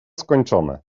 skończone